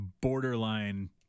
borderline